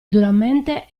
duramente